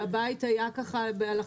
והבית היה באלכסון,